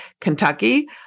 Kentucky